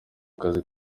kazi